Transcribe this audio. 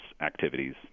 activities